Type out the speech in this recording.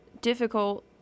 difficult